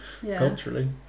culturally